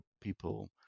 people